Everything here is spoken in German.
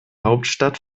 hauptstadt